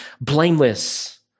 blameless